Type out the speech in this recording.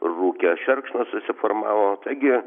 rūke šerkšnas susiformavo taigi